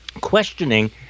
questioning